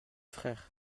frères